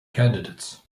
candidates